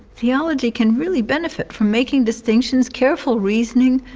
theology can really benefit from making distinctions, careful reasoning,